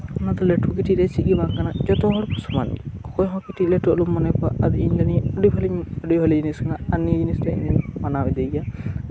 ᱚᱱᱟᱫᱚ ᱞᱟᱹᱴᱩ ᱠᱟᱹᱴᱤᱡ ᱨᱮᱭᱟᱜ ᱪᱮᱫᱜᱮ ᱵᱟᱝ ᱠᱟᱱᱟ ᱡᱚᱛᱚ ᱦᱚᱲ ᱜᱮᱵᱚᱱ ᱥᱚᱢᱟᱱ ᱜᱮᱭᱟ ᱚᱠᱚᱭᱦᱚᱸ ᱠᱟᱹᱴᱤᱡ ᱞᱟᱹᱴᱩ ᱟᱞᱚᱢ ᱢᱚᱱᱮ ᱠᱚᱣᱟ ᱟᱨ ᱤᱧ ᱢᱚᱱᱮᱭᱟ ᱱᱚᱶᱟ ᱟᱹᱰᱤ ᱵᱷᱟᱜᱮ ᱡᱤᱱᱤᱥ ᱠᱟᱱᱟ ᱱᱤᱭᱟᱹ ᱡᱤᱱᱤᱥᱴᱟᱜ ᱤᱧ ᱢᱟᱱᱟᱣ ᱤᱫᱤᱭ ᱜᱮᱭᱟ